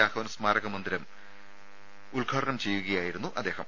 രാഘവൻ സ്മാരക മന്ദിരം ഉദ്ഘാടനം ചെയ്യുകയായിരുന്നു അദ്ദേഹം